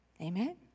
Amen